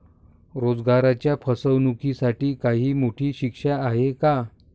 रोजगाराच्या फसवणुकीसाठी काही मोठी शिक्षा आहे का?